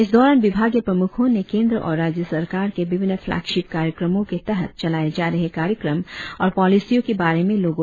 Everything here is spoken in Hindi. इस दौरान विभागीय प्रमुखों ने केंद्र और राज्य सरकार के विभिन्न फ्लेगशिप कार्यक्रमों के तहत चलाए जा रहे कार्यक्रम और पॉलिसियों के बारे में लोगों की जानकारी दी